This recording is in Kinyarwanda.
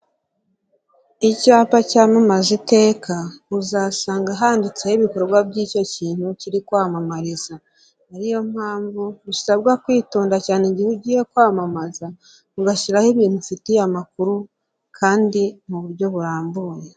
Icyapa cyamamaza iteka, uzasanga handitseho ibikorwa by'icyo kintu kiri kwamamariza, ariyo mpamvu usabwa kwitonda cyane igihe ugiye kwamamaza, ugashyiraho ibintu ufitiye amakuru kandi mu buryo burambuye.